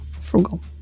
frugal